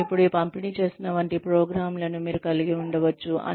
నేను ఇప్పుడు పంపిణీ చేస్తున్న వంటి ప్రోగ్రామ్లను మీరు కలిగి ఉండవచ్చు